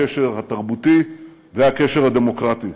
הקשר התרבותי והקשר הדמוקרטי.